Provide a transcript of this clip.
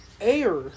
air